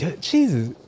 Jesus